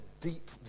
deep